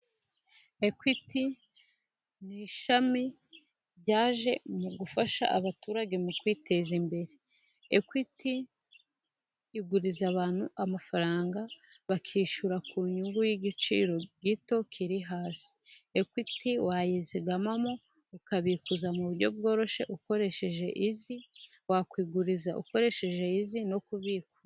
Ekwiti n'ishami ryaje mu gufasha abaturage mu kwiteza imbere. Ekwiti iguriza abantu amafaranga bakishyura ku nyungu y'igiciro gito kiri hasi. Ekwiti wayizigamamo ukabikuza mu buryo bworoshye ukoresheje izi, wakwiguriza ukoresheje izi no kubitsa.